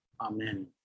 Amen